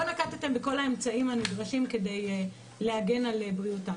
לא נקטתם בכל האמצעים הנדרשים כדי להגן על בריאותם.